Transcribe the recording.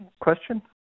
question